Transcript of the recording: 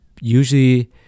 usually